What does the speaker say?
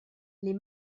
les